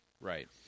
right